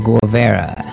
Guevara